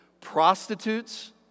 Prostitutes